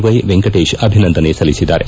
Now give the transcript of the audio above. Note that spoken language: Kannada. ವ್ಯೆ ವೆಂಕಟೇಶ್ ಅಭಿನಂದನೆ ಸಲ್ಲಿಸಿದ್ದಾರೆ